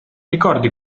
ricordi